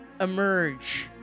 emerge